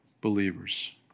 believers